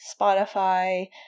spotify